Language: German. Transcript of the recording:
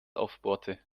aufbohrte